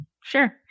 Sure